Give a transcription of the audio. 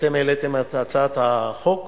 שאתם העליתם את הצעת החוק.